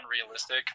unrealistic